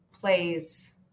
plays